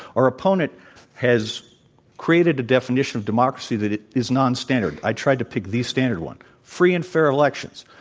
our opponent has created a definition of democracy that is non-standard. i tried to pick the standard one. free and fair elections.